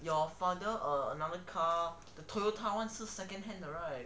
your father a~ another car the toyota one 是 second hand the right